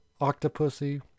Octopussy